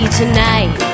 tonight